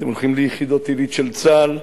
אתם הולכים ליחידות עילית של צה"ל.